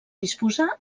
disposar